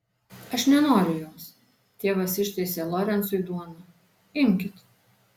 aš nenoriu jos tėvas ištiesė lorencui duoną imkit